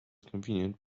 convenient